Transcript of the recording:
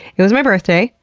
it was my birthday.